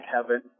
heaven